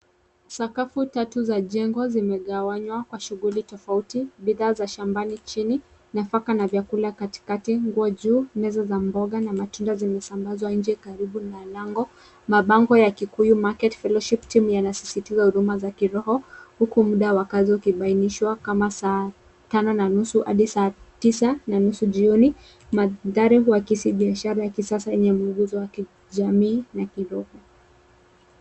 Sakafu tatu za jengo zimegawanywa kwa shughuli tofauti. Bidhaa za shambani chini, nafaka na vyakula katikati, nguo juu, meza za mboga na matunda zimesambazwa nje karibu na lango. Mabango ya Kikuyu Market Fellowship Team , yanasisitiza huduma za kiroho, huku muda wa kazi ukibainishwa kama saa tano na nusu hadi sasa tisa na nusu jioni. Mandhari huakisi biashara ya kisasa yenye mwongozo wa kijamii na kiroho.